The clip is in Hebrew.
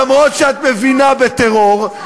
למרות שאת מבינה בטרור,